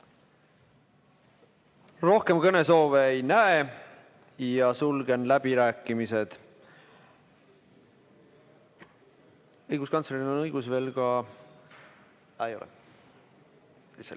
Rohkem kõnesoove ei näe, sulgen läbirääkimised. Õiguskantsleril on õigus veel ... Aa, ei ole.